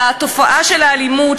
לתופעה של האלימות,